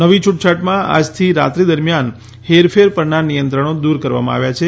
નવી છ્ટછાટમાં આજથી રાત્રિ દરમિયાન હેરફેર પરના નિયંત્રણો દૂર કરવામાં આવ્યા છે